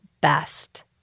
best